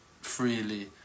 freely